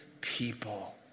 people